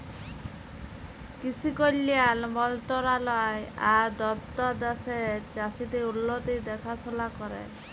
কিসি কল্যাল মলতরালায় আর দপ্তর দ্যাশের চাষীদের উল্লতির দেখাশোলা ক্যরে